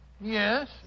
Yes